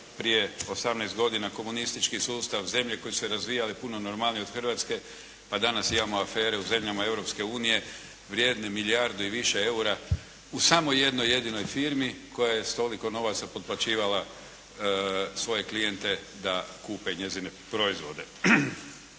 prije 18 godina komunistički sustav, zemlje koje su se razvijale puno normalnije od Hrvatske pa danas imamo afere u zemljama Europske unije vrijedne milijardu i više EUR-a u samo jednoj jedinoj firmi koja je s toliko novaca potplaćivala svoje klijente da kupe njezine proizvode.